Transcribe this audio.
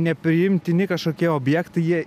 nepriimtini kažkokie objektai jie